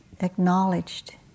acknowledged